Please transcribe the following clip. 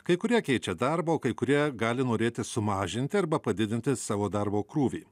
kai kurie keičia darbą o kai kurie gali norėti sumažinti arba padidinti savo darbo krūvį